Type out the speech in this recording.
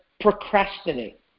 procrastinate